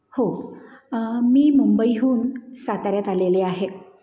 हो मी मुंबईहून साताऱ्यात आलेले आहे